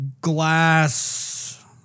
glass